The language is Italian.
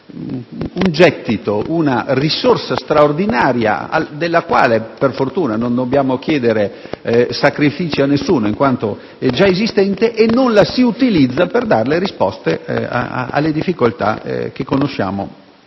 di fronte ad una risorsa straordinaria, per la quale per fortuna non dobbiamo chiedere sacrifici a nessuno in quanto già esistente, e non la si utilizza per dare risposte alle difficoltà effettive che conosciamo.